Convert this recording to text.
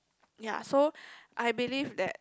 ya so I believe that